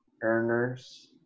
earners